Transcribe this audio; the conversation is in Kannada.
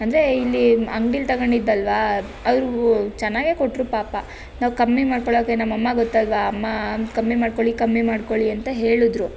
ಅಂದರೆ ಇಲ್ಲಿ ಅಂಗಡಿಯಲ್ಲಿ ತೊಗೊಂಡಿದ್ದಲ್ವಾ ಅವರು ಚೆನ್ನಾಗೆ ಕೊಟ್ಟರು ಪಾಪ ನಾವು ಕಮ್ಮಿ ಮಾಡಿಕೊಳ್ಳೋಕ್ಕೆ ನಮ್ಮ ಅಮ್ಮ ಗೊತ್ತಲ್ವಾ ಅಮ್ಮ ಕಮ್ಮಿ ಮಾಡಿಕೊಳ್ಳಿ ಕಮ್ಮಿ ಮಾಡಿಕೊಳ್ಳಿ ಅಂತ ಹೇಳಿದರು